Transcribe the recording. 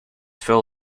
full